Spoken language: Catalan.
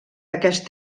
aquest